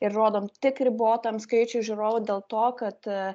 ir rodome tik ribotam skaičiui žiūrovų dėl to kad